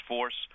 Force